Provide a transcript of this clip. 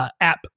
App